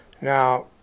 Now